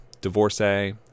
Divorcee